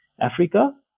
africa